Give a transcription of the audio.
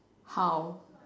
how